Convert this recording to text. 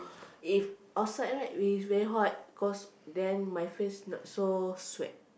if outside right we very hot cause then my face not so sweat